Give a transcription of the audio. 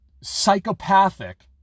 psychopathic